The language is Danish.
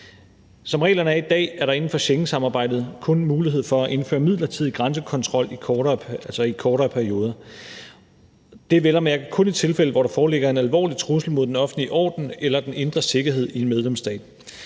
Som reglerne er i dag, er der inden for Schengensamarbejdet kun mulighed for at indføre en midlertidig grænsekontrol – altså i kortere perioder – det vel at mærke kun i tilfælde, hvor der foreligger en alvorlig trussel mod den offentlige orden eller den indre sikkerhed i en medlemsstat.